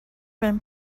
been